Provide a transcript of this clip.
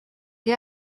que